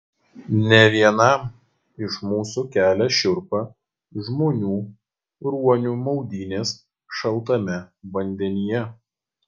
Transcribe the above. ne vienam iš mūsų kelia šiurpą žmonių ruonių maudynės šaltame vandenyje